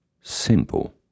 simple